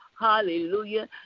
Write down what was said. Hallelujah